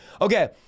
Okay